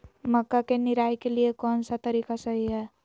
मक्का के निराई के लिए कौन सा तरीका सही है?